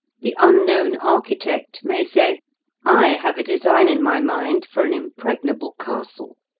the unknown architect may say i have a design in my mind for an impregnable castle.